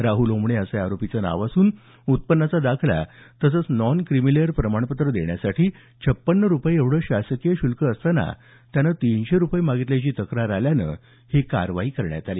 राहुल ओमणे असं या आरोपीचं नाव असून उत्पन्नाचा दाखला तसंच नॉन क्रिमीलेर प्रमाणपत्र देण्यासाठी छपन्न रुपये एवढे शासकीय शुल्क असताना त्यानं तीनशे रुपये मागितल्याची तक्रार आल्यानं ही कारवाई करण्यात आली